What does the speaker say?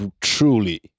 truly